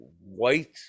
white